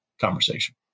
conversation